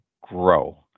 grow